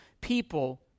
people